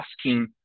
asking